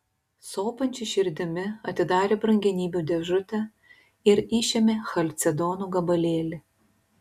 sopančia širdimi atidarė brangenybių dėžutę ir išėmė chalcedono gabalėlį